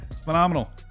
phenomenal